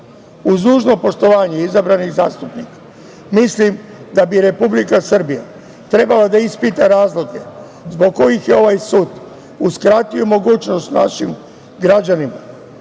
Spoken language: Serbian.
dužno poštovanje izabranih zastupnika mislim da bi Republika Srbija trebalo da ispita razloge zbog kojih je ovaj sud uskratio mogućnost našim građanima